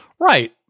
Right